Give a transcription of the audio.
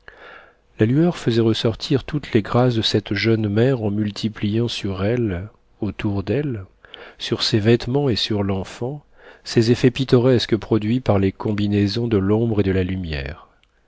la lueur faisait ressortir toutes les grâces de cette jeune mère en multipliant sur elle autour d'elle sur ses vêtements et sur l'enfant ces effets pittoresques produits par les combinaisons de l'ombre et de la lumière